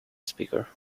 speaker